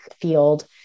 field